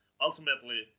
ultimately